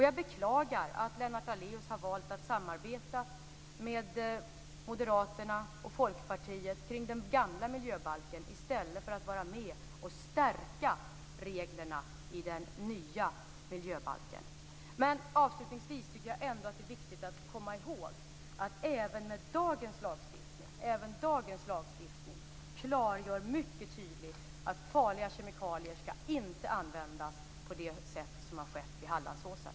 Jag beklagar att Lennart Daléus har valt att samarbeta med Moderaterna och Folkpartiet kring den gamla miljöbalken i stället för att vara med och stärka reglerna i den nya. Avslutningsvis tycker jag ändå att det är viktigt att komma ihåg att även dagens lagstiftning mycket tydligt klargör att farliga kemikalier inte skall användas på det sätt som har skett vid Hallandsåsen.